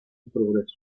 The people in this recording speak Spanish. progreso